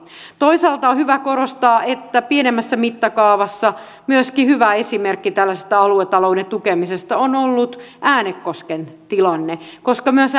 toisaalta on hyvä korostaa että pienemmässä mittakaavassa hyvä esimerkki tällaisesta aluetalouden tukemisesta on ollut äänekosken tilanne koska myös